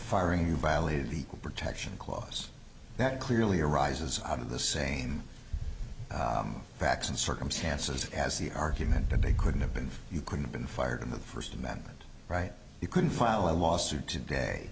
firing you violate the equal protection clause that clearly arises out of the same facts and circumstances as the argument that they couldn't have been you could've been fired in the first amendment right you couldn't file a lawsuit today